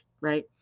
right